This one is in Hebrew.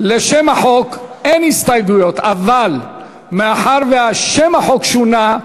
לשם החוק אין הסתייגויות, אבל מאחר ששם החוק שונה,